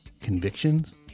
convictions